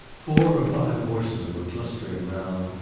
four or five horsemen were clustering round,